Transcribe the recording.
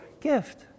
gift